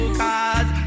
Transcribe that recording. cause